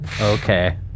Okay